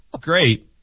great